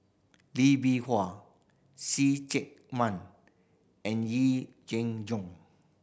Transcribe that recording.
Lee Bee Wah See Chak Mun and Yee Jenn Jong